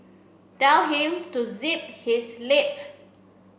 tell him to zip his lip